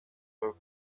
her